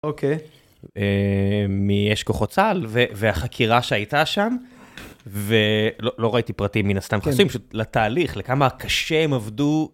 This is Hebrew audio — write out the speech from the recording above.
אוקיי, מאש כוחות צה"ל והחקירה שהייתה שם ולא ראיתי פרטים מן הסתם חסויים של התהליך לכמה קשה הם עבדו.